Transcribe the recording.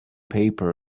paper